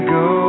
go